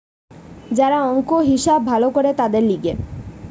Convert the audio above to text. যারা অংক, হিসাব ভালো করে তাদের লিগে